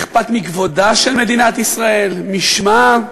אכפת מכבודה של מדינת ישראל, משמה,